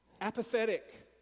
apathetic